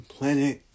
Planet